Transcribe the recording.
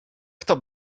kto